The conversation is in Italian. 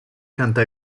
canta